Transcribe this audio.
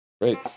great